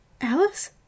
Alice